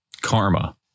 karma